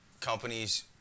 companies